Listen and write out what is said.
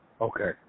Okay